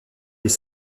les